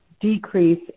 decrease